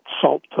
salt